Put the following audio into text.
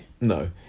No